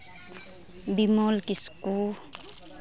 Bimal Kisku